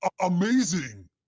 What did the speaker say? amazing